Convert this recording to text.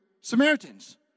Samaritans